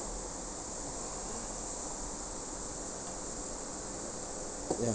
ya